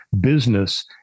business